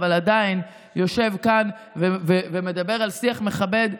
ועדיין יושב כאן ומדבר על שיח מכבד,